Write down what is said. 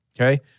Okay